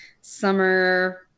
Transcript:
summer